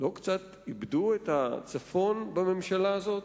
לא קצת איבדו את הצפון בממשלה הזאת?